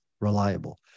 reliable